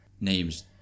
names